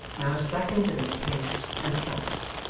now slackens in its pace, and stops.